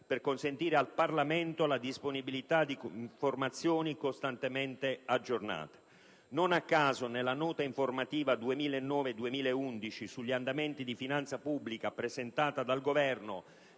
per consentire al Parlamento la disponibilità di informazioni costantemente aggiornate. Non a caso, nella Nota informativa 2009-2011 sugli andamenti di finanza pubblica, presentata dal Governo